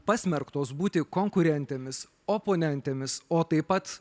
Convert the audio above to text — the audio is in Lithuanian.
pasmerktos būti konkurentėmis oponentėmis o taip pat